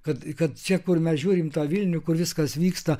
kad kad čia kur mes žiūrim tą vilnių kur viskas vyksta